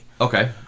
Okay